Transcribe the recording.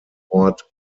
ort